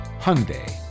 Hyundai